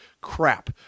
crap